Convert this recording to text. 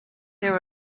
there